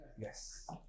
Yes